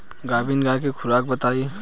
गाभिन गाय के खुराक बताई?